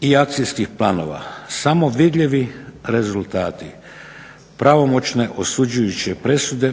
i akcijskih planova. Samo vidljivi rezultati, pravomoćne osuđujuće presude